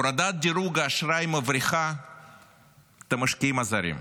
הורדת דירוג האשראי מבריחה את המשקיעים הזרים.